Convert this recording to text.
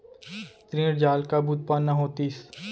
ऋण जाल कब उत्पन्न होतिस?